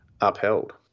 upheld